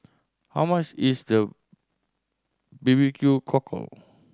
how much is the B B Q Cockle